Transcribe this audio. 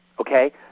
Okay